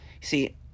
See